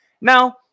Now